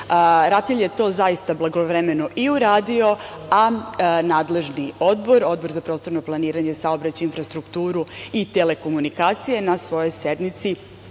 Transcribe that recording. RATEL je to zaista blagovremeno i uradio, a nadležni Odbor za prostorno planiranje, saobraćaj, infrastrukturu i telekomunikacije je na svojoj sednici